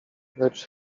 lecz